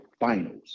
finals